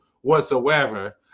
whatsoever